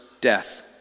death